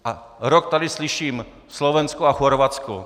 A rok tady slyším Slovensko a Chorvatsko.